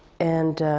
and